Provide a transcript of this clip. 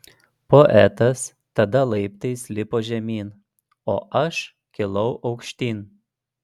poetas tada laiptais lipo žemyn o aš kilau aukštyn